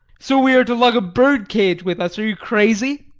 so we are to lug a bird cage with us. are you crazy?